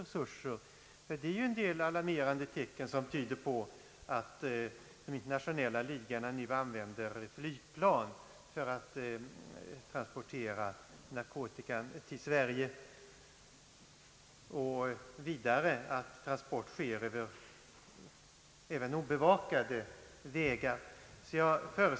Det förekommer ju nu alarmerande tecken som tyder på att de internationella ligorna använder flygplan för att transportera narkotika till Sverige. Vidare sker transporter över vägar, som inte är tullbevakade.